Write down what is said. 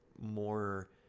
more